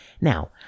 Now